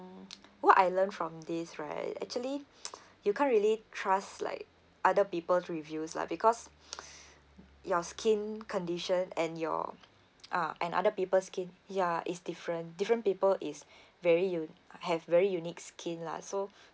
what I learned from these right actually you can't really trust like other people's reviews lah because your skin condition and your uh and other people's skin ya is different different people is very u~ have very unique skin lah so